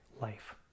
life